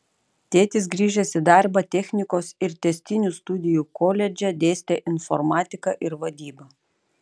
tėtis grįžęs į darbą technikos ir tęstinių studijų koledže dėstė informatiką ir vadybą